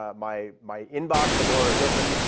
ah my my in box and door is open,